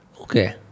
Okay